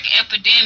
epidemic